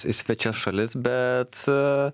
į svečias šalis bet